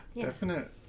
Definite